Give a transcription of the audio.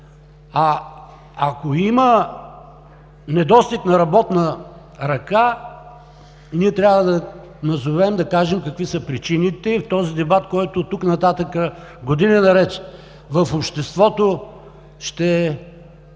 Ако има недостиг на работна ръка, ние трябва да назовем, да кажем какви са причините и този дебат, който оттук нататък години наред ще бъде